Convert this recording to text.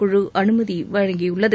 குழு அனுமதி வழங்கிபுள்ளது